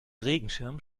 regenschirm